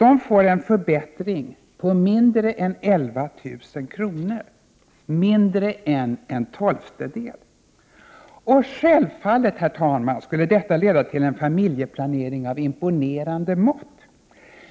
Man får en förbättring på mindre än 11 000 kr., mindre än en tolftedel. Självfallet, herr talman, skulle detta leda till en familjeplanering av imponerande mått.